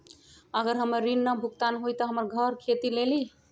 अगर हमर ऋण न भुगतान हुई त हमर घर खेती लेली?